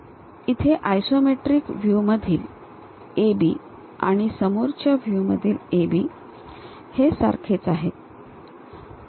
तर इथे isometric view मधील AB आणि समोरच्या व्ह्यू मधील AB हे सारखेच आहेत